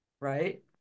right